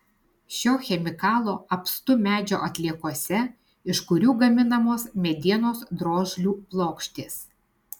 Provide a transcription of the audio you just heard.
šio chemikalo apstu medžio atliekose iš kurių gaminamos medienos drožlių plokštės